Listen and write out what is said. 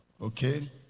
Okay